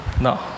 No